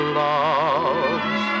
loves